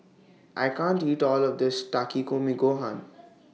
I can't eat All of This Takikomi Gohan